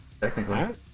technically